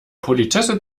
politesse